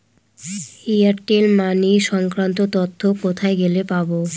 Airtel money সংক্রান্ত তথ্য কোথায় গেলে পাব?